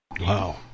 Wow